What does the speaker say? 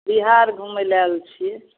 बिहार घुमै लए आयल छियै